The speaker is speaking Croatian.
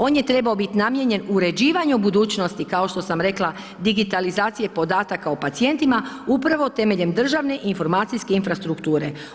On je trebao biti namijenjen uređivanju budućnosti, kao što sam rekla, digitalizacije podataka o pacijentima upravo temeljem državne informacijske infrastrukture.